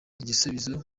igisubizo